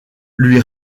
lui